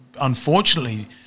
unfortunately